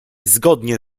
zgodnie